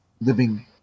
living